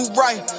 right